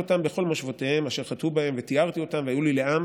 אתם מכל מושבתיהם אשר חטאו בהם וטהרתי אותם והיו לי לעם